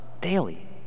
daily